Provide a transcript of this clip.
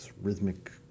rhythmic